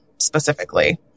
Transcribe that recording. specifically